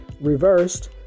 Reversed